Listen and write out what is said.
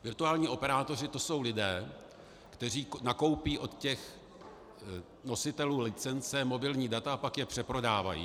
Virtuální operátoři, to jsou lidé, kteří nakoupí od nositelů licence mobilní data a pak je přeprodávají.